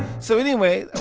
so anyway, i